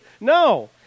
No